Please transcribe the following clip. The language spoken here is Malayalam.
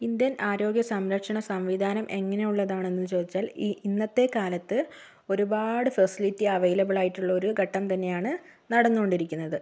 ഇന്ത്യൻ ആരോഗ്യസംരക്ഷണ സംവിധാനം എങ്ങനെയുള്ളതാണെന്ന് ചോദിച്ചാൽ ഈ ഇന്നത്തെ കാലത്ത് ഒരുപാട് ഫെസിലിറ്റി അവൈലബിൽ ആയിട്ടുള്ള ഒരു ഘട്ടം തന്നെയാണ് നടന്നോണ്ടിരിക്കുന്നത്